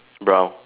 brown